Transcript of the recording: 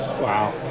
wow